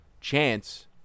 chance